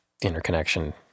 interconnection